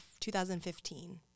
2015